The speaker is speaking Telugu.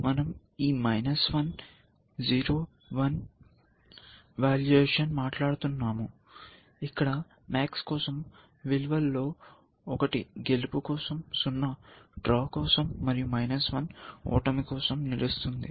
మనం ఈ 0 1 వాల్యుయేషన్లో మాట్లాడుతున్నాము ఇక్కడ MAX కోసం విలువలలో 1 గెలుపు కోసం 0 డ్రా కోసం మరియు ఓటమి కి నిలుస్తుంది